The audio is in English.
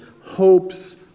hopes